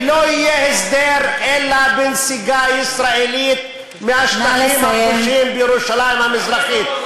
ולא יהיה הסדר אלא בנסיגה ישראלית מהשטחים הכבושים בירושלים המזרחית.